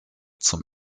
zum